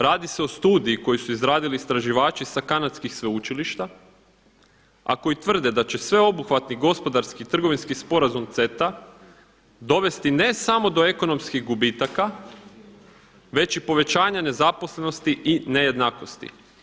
Radi se o studiji koju su izradili istraživači sa kanadskih sveučilišta, a koji tvrde da će sveobuhvatni gospodarski trgovinski sporazum CETA, dovesti do ne samo ekonomskih gubitaka već i povećanja nezaposlenosti i nejednakosti.